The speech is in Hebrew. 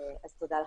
אז תודה לכם.